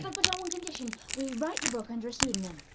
um but on one condition we write the book under a pseudonym.